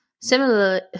Similarly